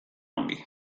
ongi